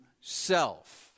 self